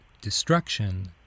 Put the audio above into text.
destruction